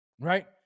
right